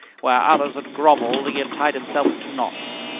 where others had grovelled he had tied himself into knots.